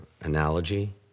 analogy